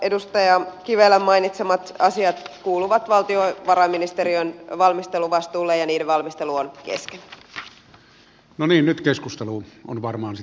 edustaja kivelän mainitsemat asiat kuuluvat valtiovarainministeriön valmisteluvastuulle ja niiden valmistelu on varmaan se